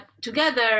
together